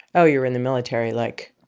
oh, you were in the military. like,